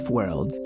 World